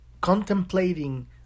contemplating